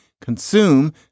consume